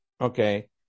okay